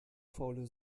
faule